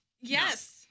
Yes